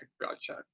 gotcha